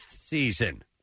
season